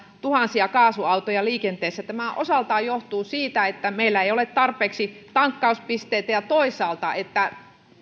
tuhansia kaasuautoja liikenteessä tämä osaltaan johtuu siitä että meillä ei ole tarpeeksi tankkauspisteitä ja toisaalta että